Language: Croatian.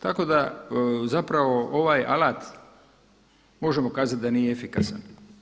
Tako da zapravo ovaj alat možemo kazati da nije efikasan.